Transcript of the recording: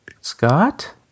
Scott